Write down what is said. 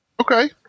Okay